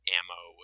ammo